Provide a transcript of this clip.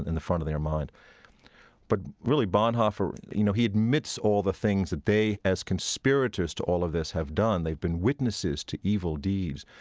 and the front of their mind but really, bonhoeffer, you know, he admits all the things that they, as conspirators to all of this, have done. they've been witnesses to evil deeds.